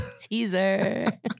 Teaser